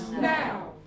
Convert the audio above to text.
now